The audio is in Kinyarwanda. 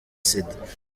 sida